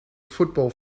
football